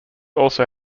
also